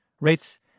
Rates